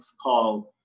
called